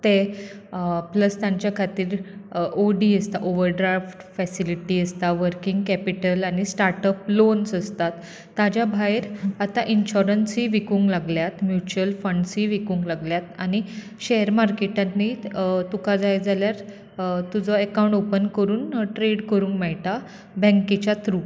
ते प्लस तांचे खातीर ओ डी आसता ओवर ड्राफ्ट फेसिलीटी आसता वर्कींग कॅपीटल आनी स्टार्ट अप लोन्स आसतात ताच्या भायर आतां इन्शोरंसूय विकूंक लागल्यात म्युचल फंड्सूय विकूंक लागल्यात आनी शेयर मार्केटांत न्ही तुका जाय जाल्यार तुजो अकाउंट ऑपन करून ट्रॅ़ड करूंक मेळटा बॅंकेच्या थ्रू